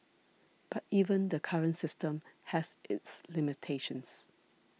but even the current system has its limitations